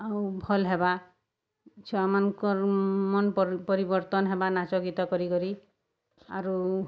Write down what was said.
ଆଉ ଭଲ୍ ହେବା ଛୁଆମାନ୍ଙ୍କର୍ ମନ୍ ପରିବର୍ତ୍ତନ୍ ହେବା ନାଚ୍ ଗୀତ୍ କରିକରି ଆରୁ